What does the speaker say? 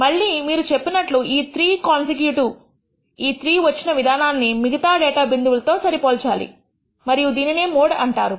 మళ్లీ మీరు చెప్పినట్లు ఈ 3 కాన్సెక్క్యూటివ్ ఈ 3 వచ్చిన విధానాన్ని మిగతా డేటా బిందువులతో సరి పోల్చాలి మరియు దీనినే మోడ్ అంటారు